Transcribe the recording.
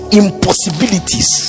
impossibilities